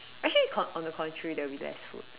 actually con~ on the contrary that will be less